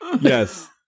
Yes